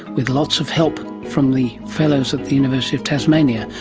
with lots of help from the fellows at the university of tasmania.